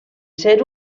ser